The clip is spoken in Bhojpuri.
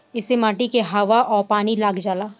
ऐसे माटी के हवा आ पानी लाग जाला